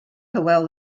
hywel